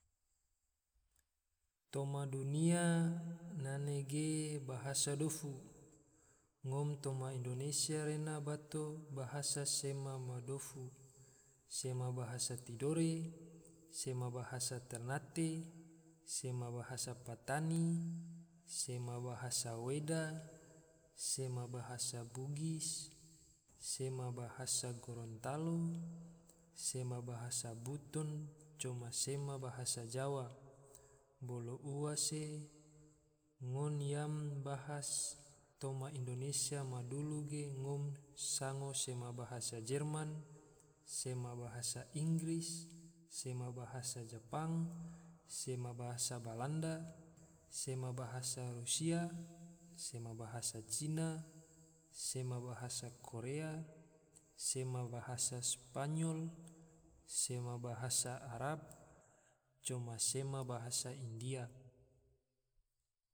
Toma dunia nege bahasa dofu, ngom toma indonesia rena bato bahasa sema ma dofu, sema bahasa tidore, sema bahasa ternate, sema bahasa patani, sema bahasa weda, sema bahasa bugis, sema bahasa gorontalo, sema bahasa buton, cpma sema bahasa jawa. bolo ua se ngon yam bahasa toma indonesia ma dulu ge, ngom sango sema bahasa jerman, sema bahasa inggris, sema bahasa japang, sema bahasa belanda, sema bahasa rusia, sema bahasa cina, sema bahasa korea, sema bahasa spanyol, sema bahasa arab, coma sema bahasa india